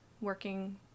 working